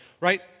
right